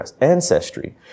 ancestry